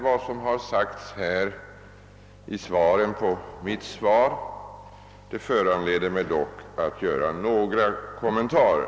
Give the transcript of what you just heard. Det som anförts här sedan jag lämnade mitt interpellationssvar föranleder mig emellertid att göra några kommentarer.